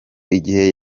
igihe